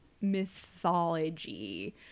mythology